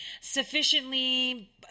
sufficiently